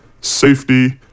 safety